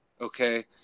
Okay